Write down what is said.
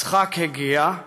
יצחק הגיע,